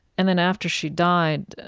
and then after she died,